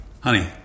honey